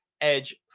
edge